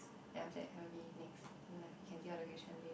then after that haven't finish next and then you can hear the question